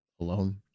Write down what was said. alone